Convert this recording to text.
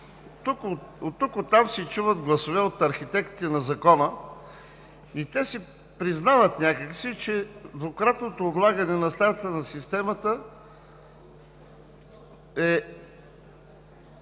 Оттук-оттам се чуват гласове от архитектите на Закона и те си признават някак си, че двукратното отлагане на старта на системата е